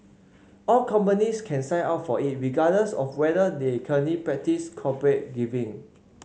all companies can sign up for it regardless of whether they currently practise corporate giving